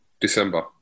December